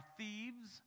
thieves